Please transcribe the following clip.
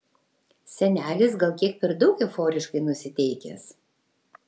senelis gal kiek per daug euforiškai nusiteikęs